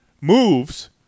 moves